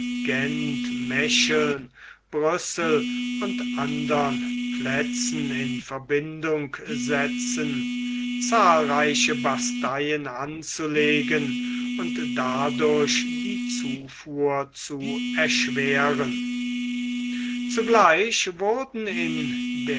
brüssel und andern plätzen in verbindung setzen zahlreiche basteien anzulegen und dadurch die zufuhr zu erschweren zugleich wurden in